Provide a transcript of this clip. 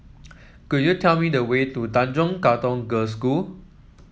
could you tell me the way to Tanjong Katong Girls' School